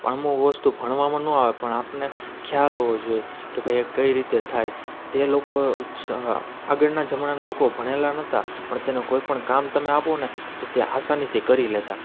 પણ અમુક વસ્તુ ભણવામાં ન આવે પણ આપણને ખ્યાલ હોવો જોઈએ કે ભાઈ એ કઈ રીતે થાય તે લોકો આગળનાં જમાનાનાં લોકો ભણેલાં નહોતાં પણ તેને કોઈ પણ કામ તમે આપો ને તો તે આસાનીથી કરી લેતાં